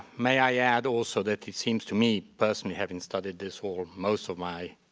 may i add also that it seems to me personally, having studied this for most of my